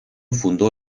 fundó